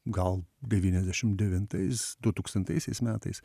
gal devyniasdešim devintais du tūkstantaisiais metais